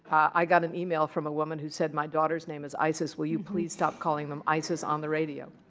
i got an email from a woman who said, my daughter's name is isis. will you please stop calling them isis on the radio?